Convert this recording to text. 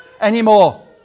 anymore